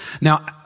Now